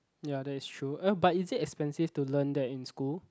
ya that is true but is it expensive to learn that in school